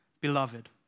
beloved